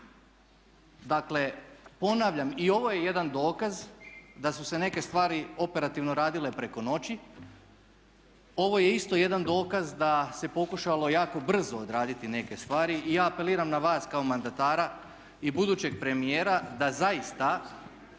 Dakle, ponavljam i ovo je jedan dokaz da su se neke stvari operativno radile preko noći, ovo je isto jedan dokaz da se pokušalo jako brzo odraditi neke stvari i ja apeliram na vas kao mandatara i budućeg premijera da zaista